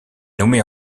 nommée